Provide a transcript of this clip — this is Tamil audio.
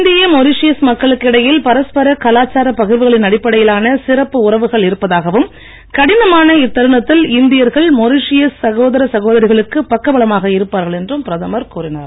இந்திய மொரிசியஸ் மக்களுக்கு இடையில் பரஸ்பர கலாச்சார பகிர்வுகளின் அடிப்படையிலான சிறப்பு உறவுகள் இருப்பதாகவும் கடினமான இத்தருணத்தில் இந்தியர்கள் மொரிசியஸ் சகோதர சகோதரிகளுக்கு பக்க பலமாக இருப்பார்கள் என்றும் பிரதமர் கூறினார்